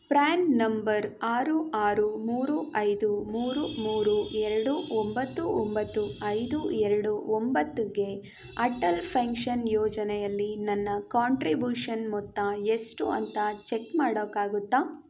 PRAN number ಆರು ಆರು ಮೂರು ಐದು ಮೂರು ಮೂರು ಎರಡು ಒಂಬತ್ತು ಒಂಬತ್ತು ಐದು ಎರಡು ಒಂಬತ್ತುಗೆ ಅಟಲ್ ಫೆನ್ಷನ್ ಯೋಜನೆಯಲ್ಲಿ ನನ್ನ ಕಾಂಟ್ರಿಬ್ಯೂಷನ್ ಮೊತ್ತ ಎಷ್ಟು ಅಂತ ಚೆಕ್ ಮಾಡಕ್ಕಾಗುತ್ತಾ